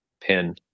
pin